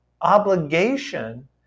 obligation